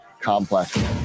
complex